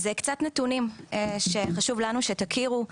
אז קצת נתונים שחשוב לנו שתכירו.